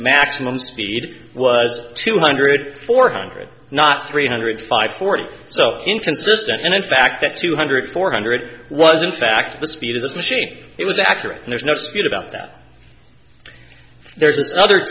maximum speed was two hundred four hundred not three hundred five forty so inconsistent and in fact that two hundred four hundred was in fact the speed of this machine it was accurate and there's no dispute about that there's th